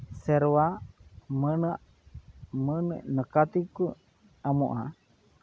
ᱥᱮᱨᱣᱟ ᱢᱟᱹᱱᱟᱜ ᱢᱟᱹᱱ ᱞᱮᱠᱟ ᱛᱮᱠᱚ ᱮᱢᱚᱜᱼᱟ